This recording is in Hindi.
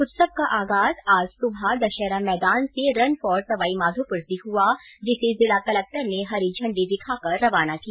उत्सव का आगाज आज सुबह दशहरा मैदान से रन फॉर सवाईमाधोपुर से हुआ जिसे जिला कलेक्टर ने हरी झण्ड़ी दिखाकर रवाना किया